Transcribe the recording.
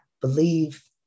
believe